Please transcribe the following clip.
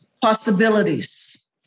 possibilities